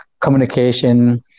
communication